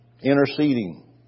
interceding